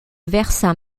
versant